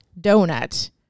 donut